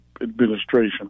administration